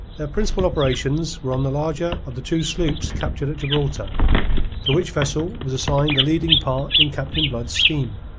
their principal operations were on the larger of the two sloops captured at gibraltar to which vessel was assigned the leading part in captain blood's scheme.